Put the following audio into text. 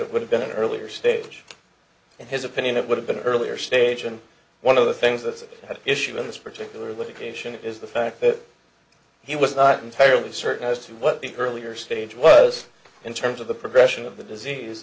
it would have been an earlier stage in his opinion it would have been earlier stage and one of the things that had issue in this particular litigation is the fact that he was not entirely certain as to what the earlier stage was in terms of the progression of the disease